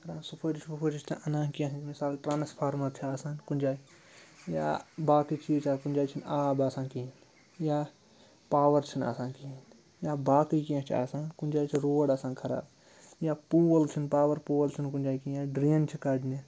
کَران سُفٲرِش وُفٲرِش تہٕ اَنان کینٛہہ مِثال ٹرٛانَسفارمَر چھِ آسان کُنہِ جایہِ یا باقٕے چیٖز چھِ آسان کُنہِ جایہِ چھِنہٕ آب آسان کِہیٖنۍ یا پاوَر چھِنہٕ آسان کِہیٖنۍ یا باقٕے کینٛہہ چھِ آسان کُنہِ جایہِ چھِ روڈ آسان خراب یا پول چھِنہٕ پاوَر پول چھِنہٕ کُنہِ جایہِ کینٛہہ ڈرٛین چھِ کَڑنہِ